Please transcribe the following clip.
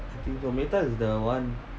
matar is the one